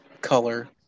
color